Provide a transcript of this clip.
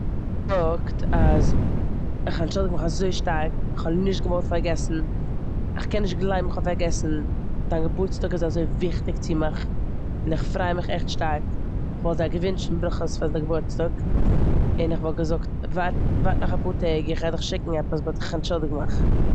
-זאגט אז איך אנטשולדיג מיך אזוי שטארק, כ'האב נישט געוואלט פארגעסן, כ'קען נישט גלייבן כ'האב פארגעסן, דייין געבורטסטאג איז אזוי וויכטיג צו מיך און איך פריי מיך עכט שטארק. כ'וואלט זיי געוואונטשן ברכות פאר די געבורטסטאג און כ'וואלט געזאגט ווארט- ווארט נאך אפאר טעג, כ'גיי דיך שיקן עפעס, באט איך אנטשולדיג מיך.